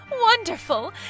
Wonderful